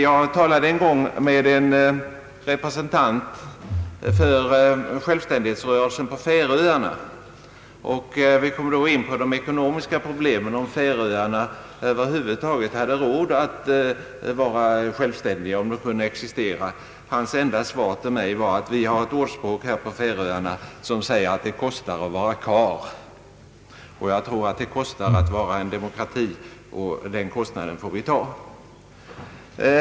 Jag samtalade en gång med en representant för självständighetsrörelsen på Färöarna och vi kom då in på de ekonomiska problemen — om Färöarna över huvud taget hade råd till självständighet och kunde existera som suverän stat. Hans enda svar till mig blev: »Vi har ett ordspråk här på Färöarna som säger, att det kostar att vara karl.» Jag tror att det kostar att vara en demokrati, och den kostnaden får vi ta.